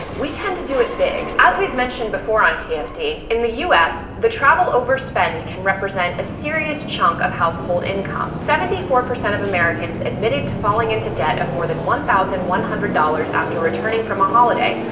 we tend to do it big. as we've mentioned before on tfd, yeah in the us, the travel overspend can represent a serious chunk of household income. seventy four percent of americans admitted to falling into debt of more than one thousand one hundred dollars after returning from a holiday,